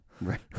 Right